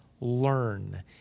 learn